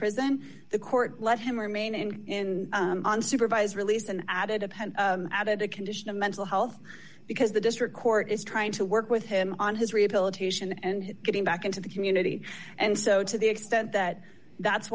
prison the court let him remain in on supervised release and added a pen added a condition of mental health because the district court is trying to work with him on his rehabilitation and getting back into the community and so to the extent that that's